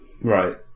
Right